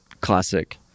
classic